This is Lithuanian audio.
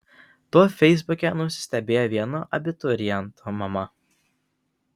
tuo feisbuke nusistebėjo vieno abituriento mama